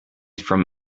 from